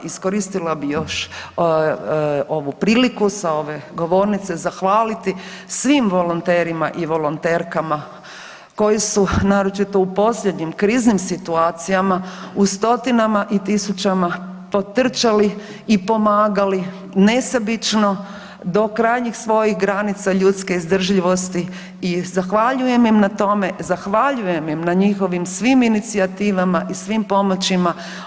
Iskoristila bih još ovu priliku sa ove govornice zahvaliti svim volonterima i volonterkama koji su naročito u posljednjim kriznim situacijama u stotinama i tisućama potrčali i pomagali nesebično do krajnjih svojih granica ljudske izdržljivosti i zahvaljujem im na tome, zahvaljujem im na njihovim svim inicijativama i svim pomoćima.